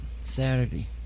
Saturday